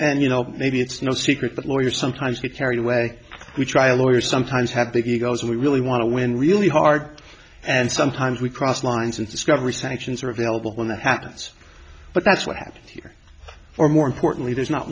and you know maybe it's no secret that lawyers sometimes get carried away with trial lawyers sometimes have big egos we really want to win really hard and sometimes we cross lines and discovery sanctions are available when that happens but that's what happened here or more importantly there's not